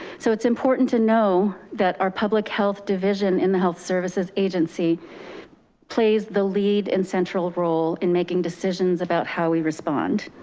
so it's important to know that our public health division in the health services agency plays the lead and central role in making decisions about how we respond